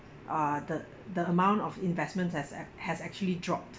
uh the the amount of investments has a~ has actually dropped